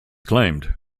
claimed